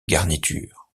garniture